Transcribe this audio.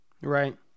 Right